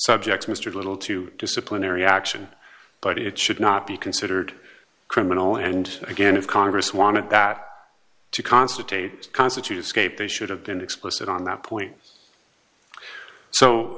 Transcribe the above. subjects mr little to disciplinary action but it should not be considered criminal and again if congress wanted that to constitute constitutes kate they should have been explicit on that point so